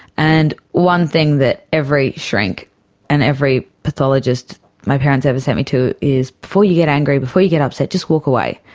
and one thing that every shrink and every pathologist my parents ever set me to is before you get angry, before you get upset, just walk away'.